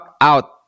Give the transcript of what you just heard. out